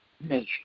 nation